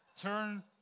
Turn